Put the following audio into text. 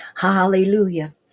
Hallelujah